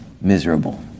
miserable